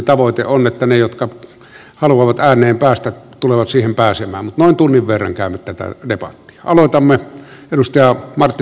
tavoite on että ne jotka haluavat ääneen päästä tulevat siihen pääsemään mutta noin tunnin verran käymme tätä debattia